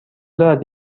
دارد